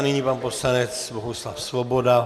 Nyní pan poslanec Bohuslav Svoboda.